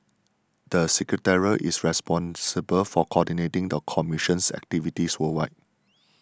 the secretariat is responsible for coordinating the commission's activities worldwide